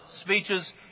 speeches